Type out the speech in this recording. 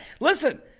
listen